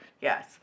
Yes